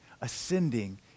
ascending